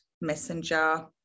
Messenger